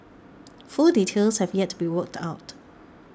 full details have yet to be worked out